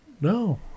No